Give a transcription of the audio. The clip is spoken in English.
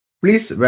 please